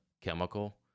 chemical